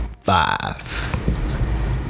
five